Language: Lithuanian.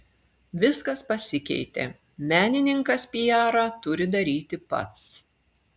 viskas pasikeitė menininkas piarą turi daryti pats